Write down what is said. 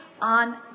on